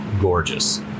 gorgeous